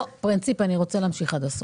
לא, פרינציפ אני רוצה להמשיך עד הסוף.